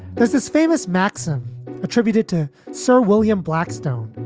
there's this famous maxim attributed to sir william blackstone,